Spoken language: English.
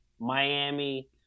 Miami